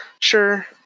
sure